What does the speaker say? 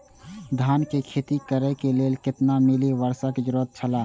धान के खेती करे के लेल कितना मिली वर्षा के जरूरत छला?